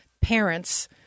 parents